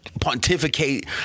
pontificate